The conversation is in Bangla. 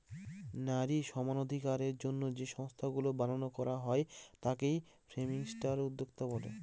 নারী সমানাধিকারের জন্য যে সংস্থাগুলা বানানো করা হয় তাকে ফেমিনিস্ট উদ্যোক্তা বলে